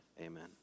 amen